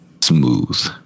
smooth